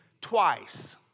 twice